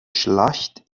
schlacht